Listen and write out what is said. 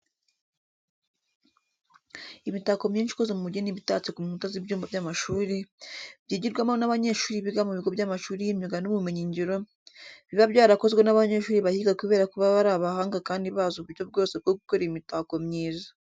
Imitako myinshi ikoze mu bugeni iba itatse ku nkuta z'ibyumba by'amashuri, byigirwamo n'abanyeshuri biga mu bigo by'amashuri y'imyuga n'ubumenyingiro, biba byarakozwe n'abanyeshuri bahiga kubera ko baba ari abahanga kandi bazi uburyo bwose bwo gukora imitako myiza.